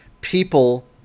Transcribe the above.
people